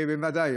ודאי,